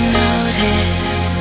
notice